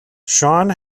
sean